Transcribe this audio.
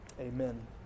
Amen